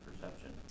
perception